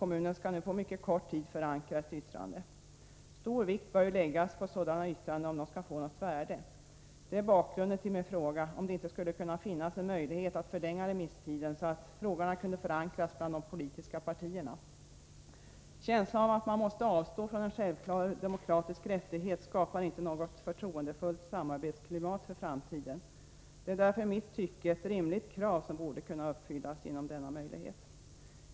Kommunen skall nu på mycket kort tid förankra ett yttrande. För att yttranden skall ha något värde bör stor vikt läggas vid sådana. Orsaken till min fråga är just att jag vill veta om det finns en möjlighet att förlänga remisstiden, så att frågorna får en politisk förankring. Känslan av att behöva avstå från en självklar demokratisk rättighet skapar inte något förtroendefullt samarbetsklimat för framtiden. Jag anser det vara ett rimligt krav att möjlighet ges till en förlängning av remisstiden.